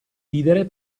ridere